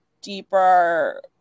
deeper